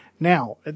Now